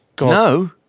No